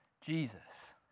Jesus